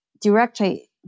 directly